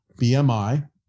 BMI